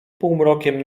półmrokiem